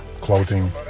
Clothing